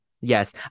Yes